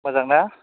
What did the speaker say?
मोजांना